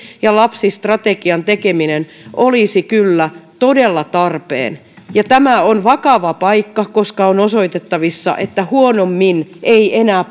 ja lapsistrategian tekeminen olisi kyllä todella tarpeen tämä on vakava paikka koska on osoitettavissa että huonommin ei enää